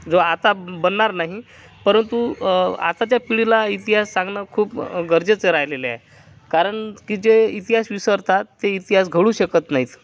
जो आता बनणार नाही परंतु आत्ताच्या पिढीला इतिहास सांगणं खूप गरजेचं राहिलेलं आहे कारण की जे इतिहास विसरतात ते इतिहास घडवूच शकत नाहीत